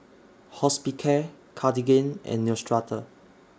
Hospicare Cartigain and Neostrata